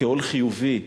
כעול חיובי.